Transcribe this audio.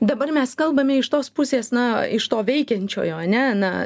dabar mes kalbame iš tos pusės na iš to veikiančiojo ane na